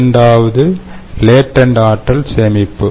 இரண்டாவது லேடண்ட் ஆற்றல் சேமிப்பு